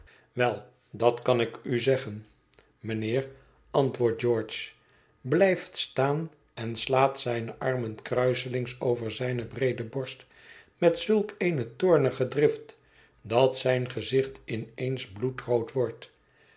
wel dat zal ik u zeggen mijnheer antwoordt george blijft staan en slaat zijne armen kruiselings over zijne breede borst met zulk eene toornige drift dat zijn gezicht in eens bloedrood wordt